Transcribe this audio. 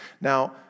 Now